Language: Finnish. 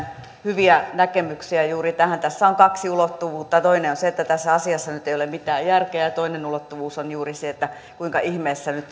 hyviä näkemyksiä juuri tähän tässä on kaksi ulottuvuutta ja toinen on se että tässä asiassa nyt ei ole mitään järkeä ja toinen ulottuvuus on juuri se että kuinka ihmeessä nyt